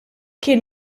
kien